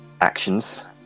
actions